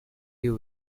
you